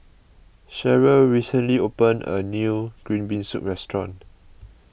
Cherelle recently opened a new Green Bean Soup restaurant